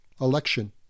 election